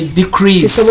decrease